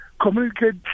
communicate